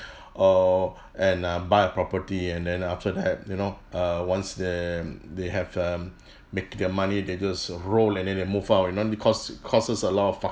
err and uh buy a property and then after that you know err once they they have um make their money they just roll and then they move out you know they cause cause us a lot of